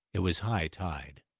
it was high tide,